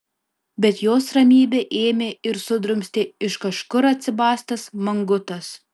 bet jos ramybę ėmė ir sudrumstė iš kažkur atsibastęs mangutas